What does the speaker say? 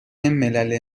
ملل